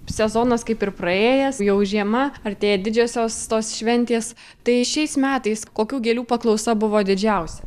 sezonas kaip ir praėjęs jau žiema artėja didžiosios tos šventės tai šiais metais kokių gėlių paklausa buvo didžiausia